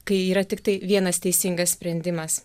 kai yra tiktai vienas teisingas sprendimas